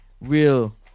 real